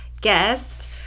guest